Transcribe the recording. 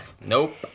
Nope